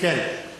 מכיר את זה.